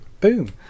boom